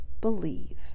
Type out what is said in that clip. believe